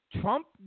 Trump